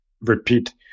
repeat